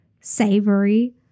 savory